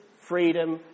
freedom